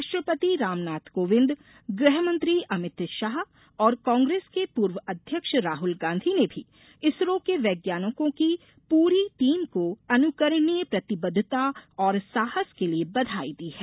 राष्ट्रपति रामनाथ कोविंद गृहमंत्री अमित शाह और कांग्रेस के पूर्व अध्यक्ष राहल गांधी ने भी इसरो के वैज्ञानिकों की पूरी टीम को अनुकरणीय प्रतिबद्धता और साहस के लिए बघाई दी है